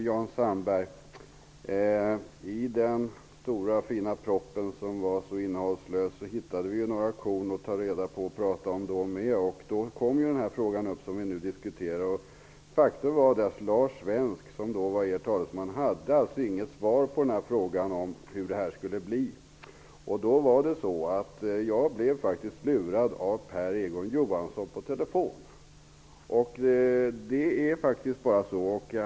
Herr talman! I den stora fina propositionen -- som dock är innehållslös -- hittade vi några korn att tala om. Då kom den fråga upp som vi nu diskuterar. Lars Svensk, som då var er talesman, hade faktiskt inte något svar på frågan om hur det skulle bli i det här sammanhanget. Jag blev faktiskt lurad av Per Egon Johansson när vi talade med varandra på telefon. Så är det bara.